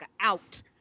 out